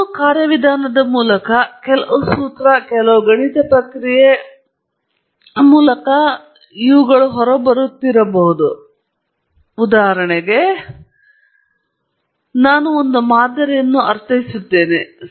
ಕೆಲವು ಕಾರ್ಯವಿಧಾನದ ಮೂಲಕ ಕೆಲವು ಸೂತ್ರ ಕೆಲವು ಗಣಿತ ಪ್ರಕ್ರಿಯೆ ಮತ್ತು ನೀವು ಹೊರಬರುತ್ತಿರುವುದು ಉದಾಹರಣೆಗೆ ನಾನು ಮಾದರಿಯನ್ನು ಅರ್ಥೈಸುತ್ತೇನೆ